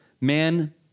man